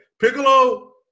Piccolo